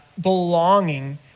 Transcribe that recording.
belonging